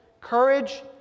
courage